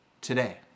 today